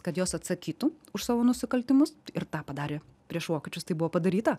kad jos atsakytų už savo nusikaltimus ir tą padarė prieš vokiečius tai buvo padaryta